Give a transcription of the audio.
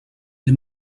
the